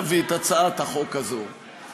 להביא את הצעת החוק הזאת,